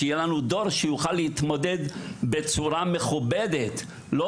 כדי שיהיה לנו דור שיוכל להתמודד בצורה מכובדת ומקצועית,